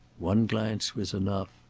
one glance was enough.